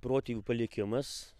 protėvių palikimas